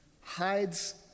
hides